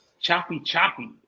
choppy-choppy